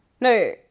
no